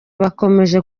bakomeje